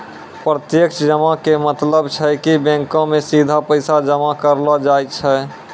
प्रत्यक्ष जमा के मतलब छै कि बैंको मे सीधा पैसा जमा करलो जाय छै